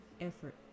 effort